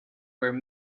where